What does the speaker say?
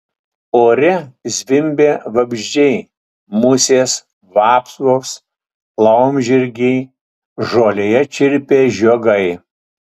ore zvimbė vabzdžiai musės vapsvos laumžirgiai žolėje čirpė žiogai